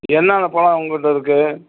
என்னென்ன பழம் உங்கள்கிட்ட இருக்குது